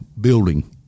building